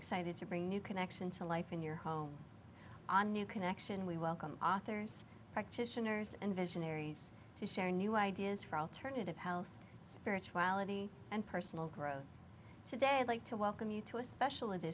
excited to bring new connection to life in your home on new connection we welcome authors practitioners and visionaries to share new ideas for alternative health spirituality and personal growth today i'd like to welcome you to a special